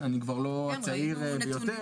אני כבר לא הצעיר ביותר.